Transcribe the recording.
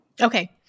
Okay